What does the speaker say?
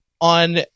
on